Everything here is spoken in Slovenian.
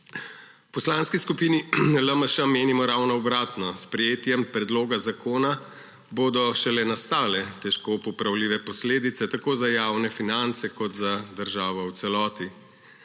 V Poslanski skupini LMŠ menimo ravno obratno; s sprejetjem predloga zakona bodo šele nastale težko popravljive posledice tako za javne finance kot za državo v celoti.